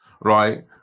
right